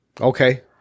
Okay